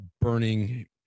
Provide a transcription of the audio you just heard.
burning